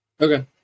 Okay